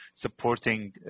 supporting